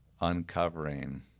uncovering